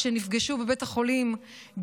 כשנפגשו בבית החולים,